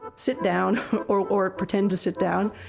ah sit down or or pretend to sit down,